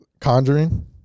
conjuring